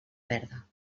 verda